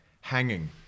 hanging